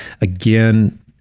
Again